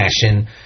fashion